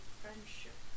friendship